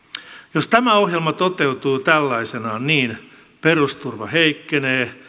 jos tämä ohjelma toteutuu tällaisenaan niin perusturva heikkenee